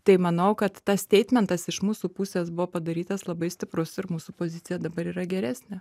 tai manau kad tas teitmentas iš mūsų pusės buvo padarytas labai stiprus ir mūsų pozicija dabar yra geresnė